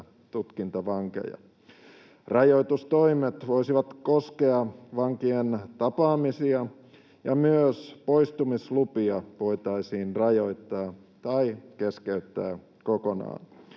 tutkintavankeja. Rajoitustoimet voisivat koskea vankien tapaamisia, ja myös poistumislupia voitaisiin rajoittaa tai keskeyttää ne kokonaan.